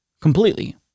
completely